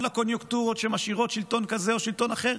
לקוניונקטורות שמשאירות שלטון כזה או אחר,